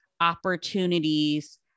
opportunities